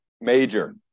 Major